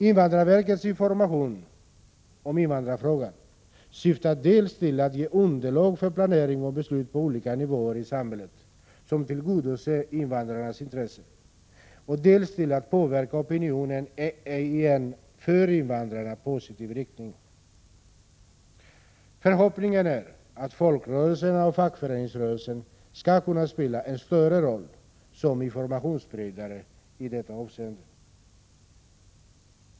Invandrarverkets information om invandrarfrågor syftar dels till att ge underlag för planering och beslut på olika nivåer i samhället, som tillgodoser invandrarnas intressen, dels till att påverka opinionen i en för invandrarna positiv riktning. Förhoppningen är att folkrörelserna och fackföreningsrörelsen skall kunna spela en större roll som informationsspridare i detta avseende.